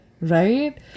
right